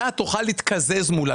אתה תוכל להתקזז מולה.